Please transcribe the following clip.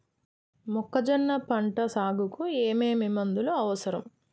మొక్కజొన్న పంట సాగుకు ఏమేమి మందులు అవసరం?